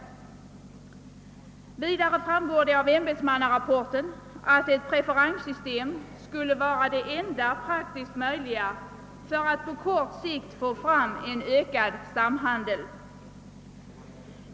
Vidare framgår det av ämbetsmannarapporten att ett preferenssystem skulle vara det enda praktiskt möjliga för att på kort sikt få fram en ökad samhandel.